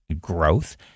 growth